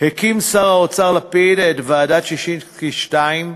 הקים שר האוצר לפיד את ועדת ששינסקי 2,